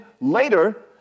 later